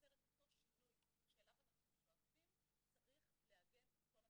לייצר את אותו שינוי שאליו אנחנו שואפים צריך לאגם את כל המשאבים,